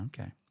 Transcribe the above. Okay